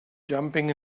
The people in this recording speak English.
jumping